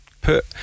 put